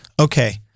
Okay